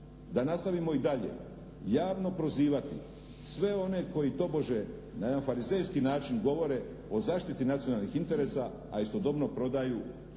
da nastavimo i dalje javno prozivati sve one koji tobože, na jedan farizejski način govore o zaštiti nacionalnih interesa, a istodobno prodaju preko milijun